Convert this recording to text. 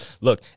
look